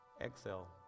Exhale